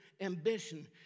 ambition